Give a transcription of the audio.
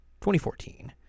2014